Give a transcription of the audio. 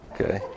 okay